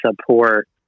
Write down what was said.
support